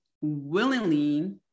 willingly